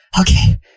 Okay